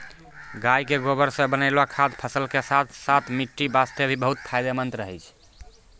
गाय के गोबर सॅ बनैलो खाद फसल के साथॅ साथॅ मिट्टी वास्तॅ भी बहुत फायदेमंद रहै छै